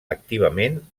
activament